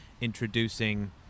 introducing